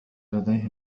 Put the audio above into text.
لديه